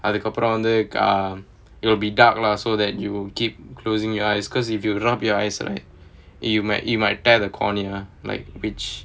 அதுக்கு அப்புறம் வந்து:athuku appuram vanthu um it'll be dark lah so that you keep closing your eyes because if you rub your eyes right you might you might tear the cornea like which